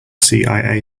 cia